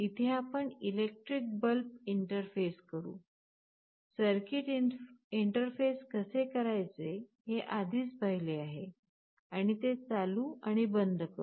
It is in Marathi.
इथे आपण इलेक्ट्रिक बल्ब इंटरफेस करू सर्किट इंटरफेस कसे करायचे हे आधीच पाहिले आहे आणि ते चालू आणि बंद करू